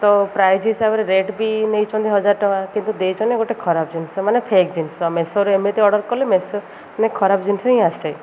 ତ ପ୍ରାଇଜ୍ ହିସାବରେ ରେଟ୍ ବି ନେଇଛନ୍ତି ହଜାର ଟଙ୍କା କିନ୍ତୁ ଦେଇଛନ୍ତି ଗୋଟେ ଖରାପ୍ ଜିନିଷ ମାନେ ଫେକ୍ ଜିନିଷ ମେସୋରେ ଏମିତି ଅର୍ଡ଼ର୍ କଲେ ମେସୋ ମାନେ ଖରାପ୍ ଜିନିଷ ହିଁ ଆସେ